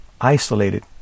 isolated